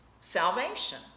Salvation